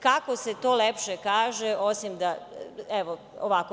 Kako se to lepše kaže, osim ovako.